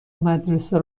مدرسه